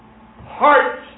heart